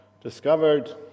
discovered